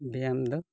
ᱵᱮᱭᱟᱢ ᱫᱚ